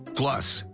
plus.